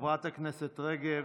חברת הכנסת רגב.